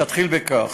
נתחיל בכך.